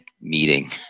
meeting